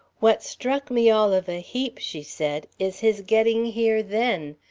what struck me all of a heap, she said, is his getting here then.